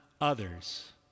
others